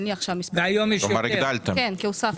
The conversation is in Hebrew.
היום יש יותר כי הוספנו.